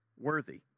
worthy